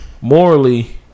morally